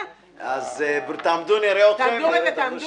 תעמדו ונראה אתכם.